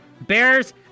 Bears